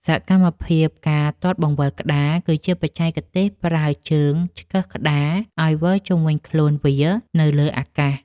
សកម្មភាពការទាត់បង្វិលក្ដារ គឺជាបច្ចេកទេសប្រើជើងឆ្កឹះក្ដារឱ្យវិលជុំវិញខ្លួនវានៅលើអាកាស។